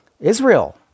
Israel